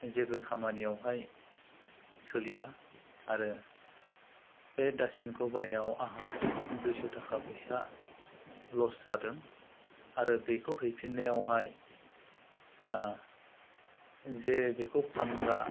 जेबो खामानियावहाय सोलिया आरो बे डास्टबिनखौ बायनायाव आहा दुइस' ताका फैसा लस जादों आरो बेखौ हैफिनायावहाय जे बेखौ फानग्रा